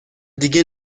دیگه